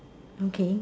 okay